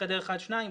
בחדר אחד שניים,